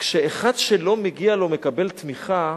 כשאחד שלא מגיע לו מקבל תמיכה,